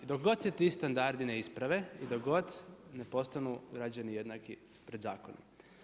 Dok god se ti standardi ne isprave i dok god ne postanu građani jednaki pred zakonom.